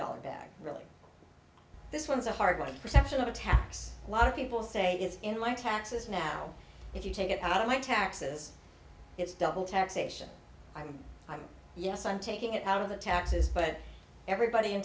dollar bag really this one's a hard one perception of a tax a lot of people say it's in my taxes now if you take it out of my taxes it's double taxation i'm i'm yes i'm taking it out of the taxes but everybody in